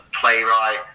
playwright